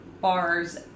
bars